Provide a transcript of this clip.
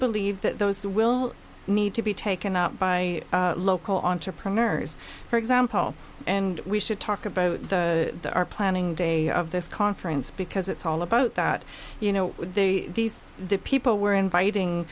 believe that those will need to be taken up by local entrepreneurs for example and we should talk about the our planning day of this conference because it's all about that you know these people were inviting